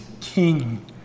King